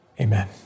Amen